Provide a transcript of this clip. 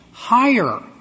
higher